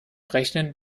rechnen